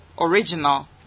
original